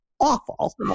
Awful